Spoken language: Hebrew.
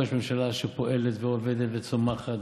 פה יש ממשלה שפועלת ועובדת וצומחת,